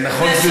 נכון,